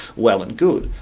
well and good,